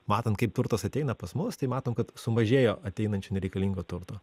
matant kaip turtas ateina pas mus tai matom kad sumažėjo ateinančio nereikalingo turto